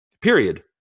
Period